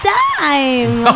time